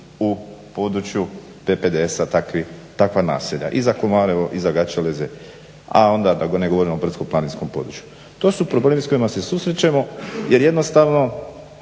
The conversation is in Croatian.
u području PPDS-a takva naselja i za Komarevo i Gačelezi a onda da ne govorimo o brdsko planinskom području. To su problemi s kojima se susrećemo jer jednostavno